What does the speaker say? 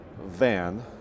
van